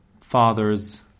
father's